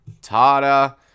Tada